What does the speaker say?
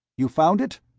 you found it?